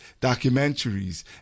documentaries